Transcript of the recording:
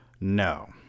No